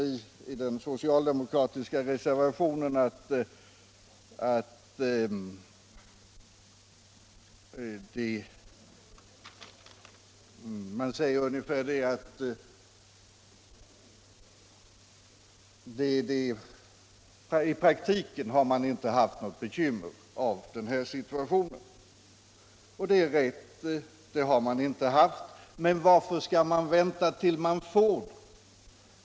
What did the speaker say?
I den socialdemokratiska reservationen säger man att det inte heller i praktiken varit några bekymmer. Det är riktigt, men skall man vänta tills man får bekymmer?